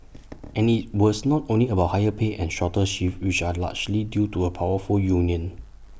and IT was not only about higher pay and shorter shifts which are largely due to A powerful union